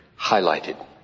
highlighted